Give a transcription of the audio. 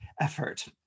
effort